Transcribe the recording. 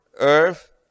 earth